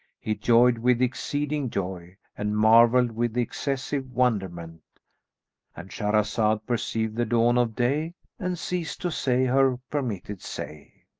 he joyed with exceeding joy and marvelled with excessive wonderment and shahrazad perceived the dawn of day and ceased to say her permitted say